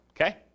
Okay